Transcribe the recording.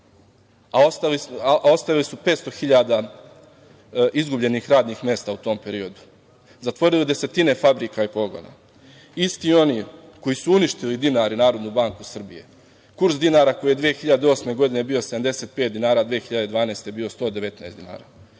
a ostavili su 500.000 izgubljenih radnih mesta u tom periodu, zatvorili desetine fabrika i pogona. Isti oni koji su uništili dinar i Narodnu banku Srbije. Kurs dinara koji je 2008. godine bio 75 dinara, 2012. je bio 119 dinara.